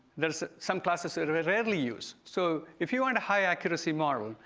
there are some classes that are very rarely used. so if you want high accuracy model,